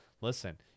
listen